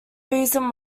reason